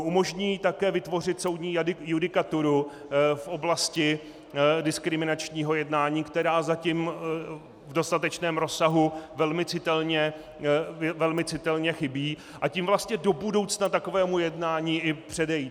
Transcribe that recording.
Umožní také vytvořit soudní judikaturu v oblasti diskriminačního jednání, která zatím v dostatečném rozsahu velmi citelně chybí, a tím vlastně do budoucna takovému jednání i předejít.